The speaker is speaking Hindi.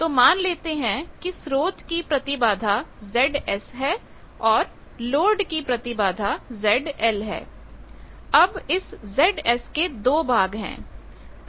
तो मान लेते हैं कि स्रोत की प्रतिबाधा Zs है और लोड की प्रतिबाधा ZL है अब इस Zs के दो भाग हैं